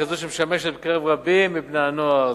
כזו שמשמשת בקרב רבים מבני-הנוער.